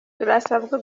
turasabwa